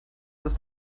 dass